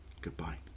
Goodbye